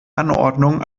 anordnungen